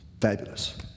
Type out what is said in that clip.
fabulous